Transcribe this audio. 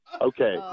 okay